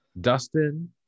Dustin